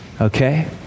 okay